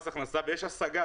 שפיגלר ויש השגה,